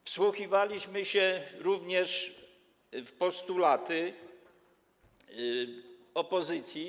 Wsłuchiwaliśmy się również w postulaty opozycji.